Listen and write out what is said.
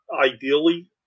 ideally